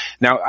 Now